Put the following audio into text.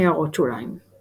הערות שוליים ==